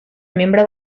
membre